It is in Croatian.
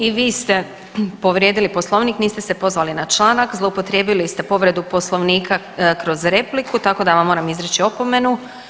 I vi ste povrijedili Poslovnik, niste se pozvali na članak, zloupotrijebili ste povredu Poslovnika kroz repliku tako da vam moram izreći opomenu.